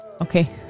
okay